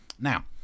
Now